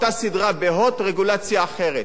אותה סדרה ב"הוט" רגולציה אחרת,